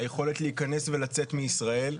היכולת להיכנס ולצאת מישראל.